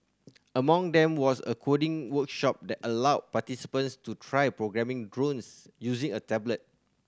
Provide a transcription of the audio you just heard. among them was a coding workshop that allowed participants to try programming drones using a tablet